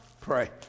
Pray